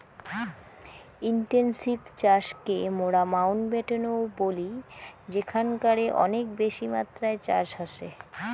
intensive চাষকে মোরা Mountbatten ও বলি যেখানকারে অনেক বেশি মাত্রায় চাষ হসে